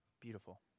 Beautiful